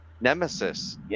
nemesis